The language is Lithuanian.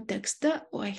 tekste oi